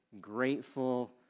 grateful